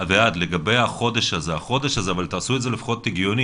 לגבי החודש הזה תעשו את זה לפחות הגיוני.